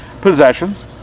possessions